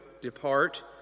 depart